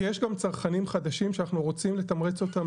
כי יש גם צרכנים חדשים שאנחנו רוצים לתמרץ אותם